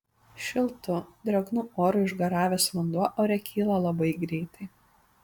šiltu drėgnu oru išgaravęs vanduo ore kyla labai greitai